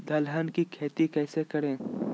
दलहन की खेती कैसे करें?